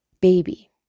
baby